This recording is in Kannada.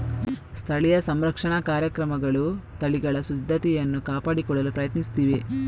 ಸ್ಥಳೀಯ ಸಂರಕ್ಷಣಾ ಕಾರ್ಯಕ್ರಮಗಳು ತಳಿಗಳ ಶುದ್ಧತೆಯನ್ನು ಕಾಪಾಡಿಕೊಳ್ಳಲು ಪ್ರಯತ್ನಿಸುತ್ತಿವೆ